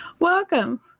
Welcome